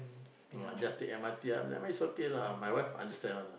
I just take M_R_T lah I mean it's okay lah my wife understand one lah